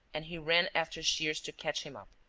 and he ran after shears to catch him up.